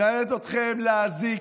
מעניין אתכם להזיק,